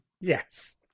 Yes